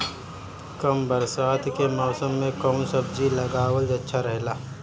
कम बरसात के मौसम में कउन सब्जी उगावल अच्छा रहेला?